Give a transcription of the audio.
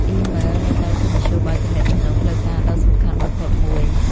អ៊ីមែលនៅតែជាមធ្យោបាយទំនាក់ទំនងផ្លូវការដ៏សំខាន់បំផុតមួយ។